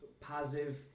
positive